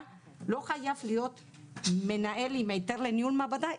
לא חייב להיות מנהל עם היתר לניהול מעבדה,